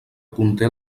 conté